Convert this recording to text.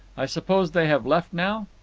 i suppose they have left now?